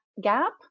gap